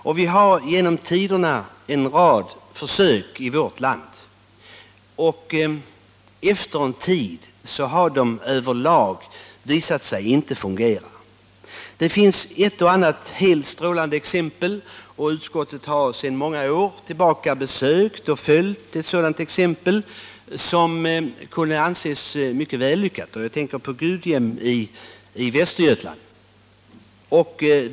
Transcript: Det har genom tiderna gjorts en rad försök i vårt land, och efter en tid har det över lag visat sig att detta inte fungerar. Det finns ett och annat helt strålande exempel, och utskottet har för flera år sedan besökt ett sådant jordbruk och följt upp försöket, som kunde anses som mycket lyckat. Jag tänker på Gudhem i Västergötland.